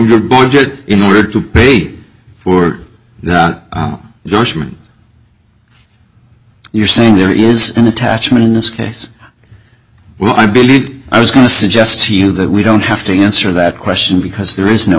your budget in order to pay for the judgment you're saying there is an attachment in this case well i believe i was going to suggest to you that we don't have to answer that question because there is no